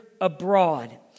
abroad